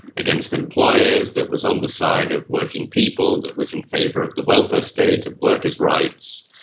against employers, that was on the side of working people, that was in favour of the welfare state and workers' rights,